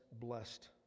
blessed